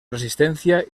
resistencia